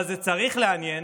אבל זה צריך לעניין